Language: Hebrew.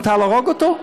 מותר להרוג אותו?